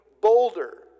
boulder